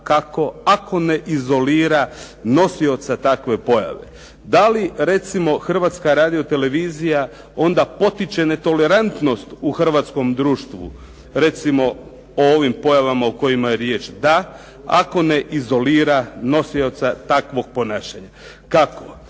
Kako? Ako ne izolira nosioca takve pojave. Da li recimo Hrvatska radio-televizija onda potiče netolerantnost u hrvatskom društvu recimo o ovoj pojavama o kojima je riječ? Da, ako ne izolira nosioca takvog ponašanja. Kako?